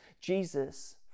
Jesus